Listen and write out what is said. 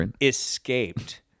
escaped